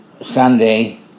Sunday